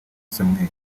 samuel